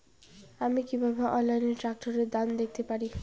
আমি কিভাবে অনলাইনে ট্রাক্টরের দাম দেখতে পারি?